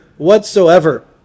whatsoever